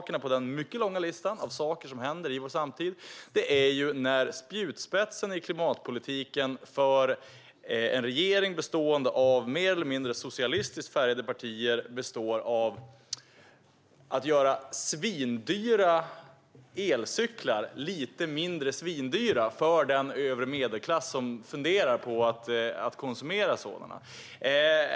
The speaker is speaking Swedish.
En på den mycket långa lista av saker som händer i vår samtid är när spjutspetsen i klimatpolitiken för en regering bestående av mer eller mindre socialistiskt färgade partier är att göra svindyra elcyklar lite mindre svindyra för den övre medelklass som funderar på att konsumera sådana.